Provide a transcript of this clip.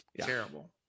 Terrible